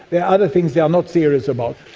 there are other things they are not serious about.